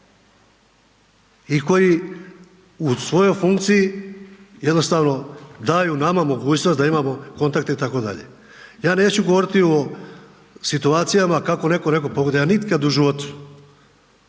I koji u svojoj funkciji jednostavno daju nama mogućnost da imamo kontakte itd. Ja neću govoriti o situacijama kako netko nekome pogoduje, ja nikad u životu